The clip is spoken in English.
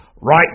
Right